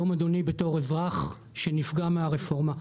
כאן כאזרח שנפגע מהרפורמה.